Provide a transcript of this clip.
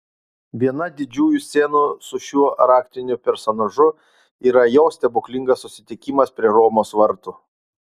viena didžiųjų scenų su šiuo raktiniu personažu yra jo stebuklingas susitikimas prie romos vartų